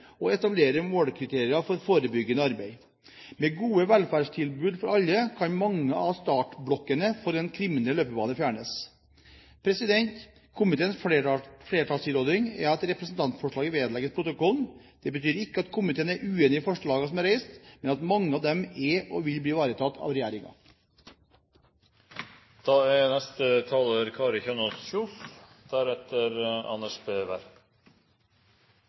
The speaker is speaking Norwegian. og etablere målekriterier for forebyggende arbeid. Med gode velferdstilbud for alle kan mange av startblokkene for en kriminell løpebane fjernes. Komiteens flertallstilråding er at representantforslaget vedlegges protokollen. Det betyr ikke at komiteen er uenig i forslagene som er reist, men at mange av dem er og vil bli ivaretatt av regjeringen. Kristelig Folkepartis forslag omhandler et ønske om å oppnå økt trygghet i byene. Selv om det er